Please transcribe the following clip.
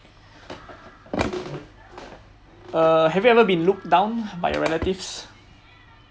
err have you ever been looked down by your relatives